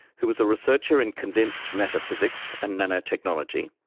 who was a researcher in condensed matter physics and nanotechnology,